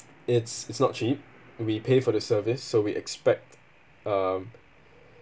it's it's not cheap and we pay for the service so we expect um